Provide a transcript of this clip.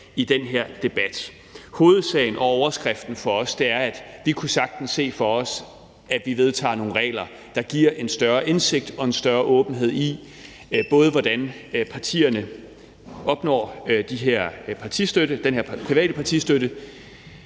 i den her debat. Hovedsagen og overskriften for os er, at vi sagtens kunne se for os, at vi vedtager nogle regler, der giver en større indsigt i og en større åbenhed omkring, hvordan partierne opnår den her private partistøtte,